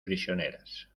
prisioneras